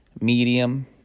medium